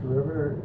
River